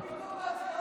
מה פתאום בהצבעה?